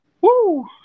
Woo